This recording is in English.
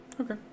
Okay